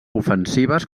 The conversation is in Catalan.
ofensives